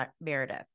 Meredith